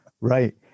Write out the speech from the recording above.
Right